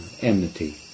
enmity